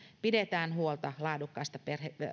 pidetään huolta laadukkaasta